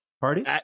party